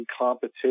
competition